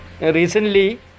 recently